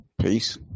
Peace